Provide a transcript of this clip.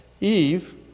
Eve